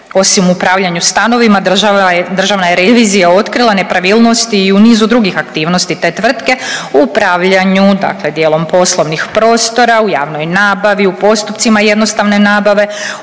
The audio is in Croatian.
Osim u upravljanju stanovima Državna je revizija otkrila nepravilnost i u nizu drugih aktivnosti te tvrtke u upravljanju dijelom poslovnih prostora, u javnoj nabavi, u postupcima jednostavne nabave,